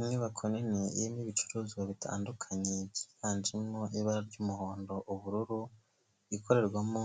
Inyubako nini irimo ibicuruzwa bitandukanye byiganjemo ibara ry'umuhondo, ubururu, ikorerwamo